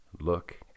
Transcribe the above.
look